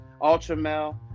ultramel